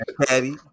patty